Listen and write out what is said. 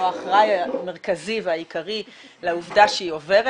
האחראי המרכזי והעיקרי לעובדה שהיא עוברת,